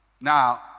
Now